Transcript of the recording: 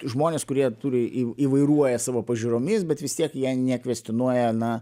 žmonės kurie turi įv įvairuoja savo pažiūromis bet vis tiek jie nekvestionuoja na